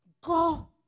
go